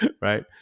right